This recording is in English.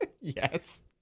Yes